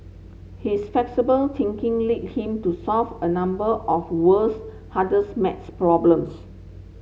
his flexible thinking lead him to solve a number of world's hardest maths problems